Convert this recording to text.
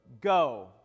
Go